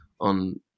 on